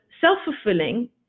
self-fulfilling